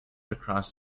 across